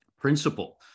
principle